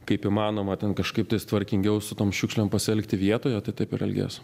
kaip įmanoma ten kažkaip tais tvarkingiau su tom šiukšlėm pasielgti vietoje tai taip ir elgies